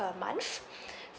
per month